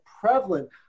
prevalent